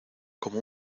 como